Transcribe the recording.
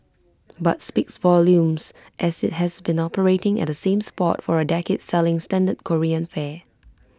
but speaks volumes as IT has been operating at that same spot for A decade selling standard Korean fare